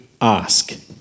ask